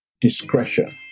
discretion